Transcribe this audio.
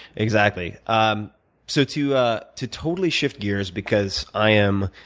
exactly. um so to ah to totally shift gears, because i am